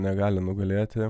negali nugalėti